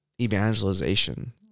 evangelization